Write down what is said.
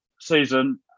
Season